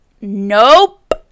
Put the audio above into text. nope